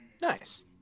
nice